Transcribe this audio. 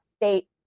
state